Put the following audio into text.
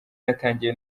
natangiye